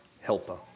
helper